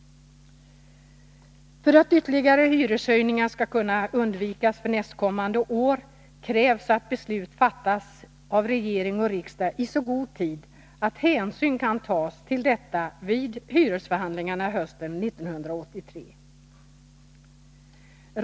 För att ytterligare hyreshöjningar skall kunna undvikas nästkommande år, krävs att beslut fattas av regering och riksdag i så god tid att hänsyn kan tas till detta vid hyresförhandlingarna hösten 1983.